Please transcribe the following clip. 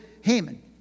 Haman